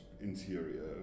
interior